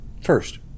First